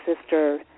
sister